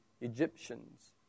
Egyptians